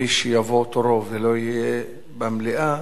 מי שיבוא תורו ולא יהיה במליאה